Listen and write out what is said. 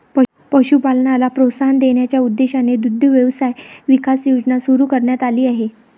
पशुपालनाला प्रोत्साहन देण्याच्या उद्देशाने दुग्ध व्यवसाय विकास योजना सुरू करण्यात आली आहे